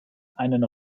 einen